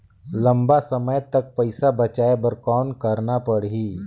लंबा समय तक पइसा बचाये बर कौन करना पड़ही?